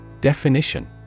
Definition